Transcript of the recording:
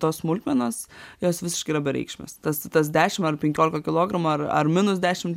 tos smulkmenos jos visiškai yra bereikšmės tas tas dešim ar penkiolika kilogramų ar ar minus dešim